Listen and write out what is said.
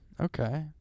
Okay